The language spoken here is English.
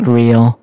real